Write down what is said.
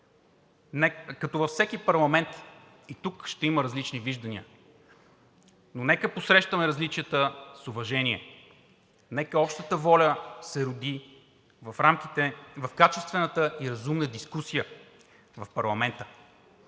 Като във всеки парламент и тук ще има различни виждания, но нека посрещаме различията с уважение, нека общата воля се роди в рамките на качествената и разумна дискусия в парламента,